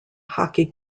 hockey